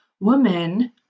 woman